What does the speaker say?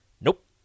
Nope